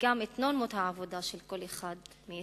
וגם את נורמות העבודה של כל אחד מאתנו.